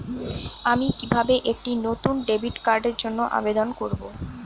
আমি কিভাবে একটি নতুন ডেবিট কার্ডের জন্য আবেদন করব?